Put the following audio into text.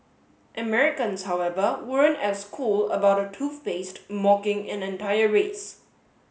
Americans however weren't as cool about a toothpaste mocking an entire race